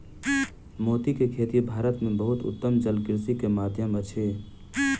मोती के खेती भारत में बहुत उत्तम जलकृषि के माध्यम अछि